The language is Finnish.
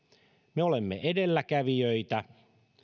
me olemme edelläkävijöitä